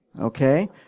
okay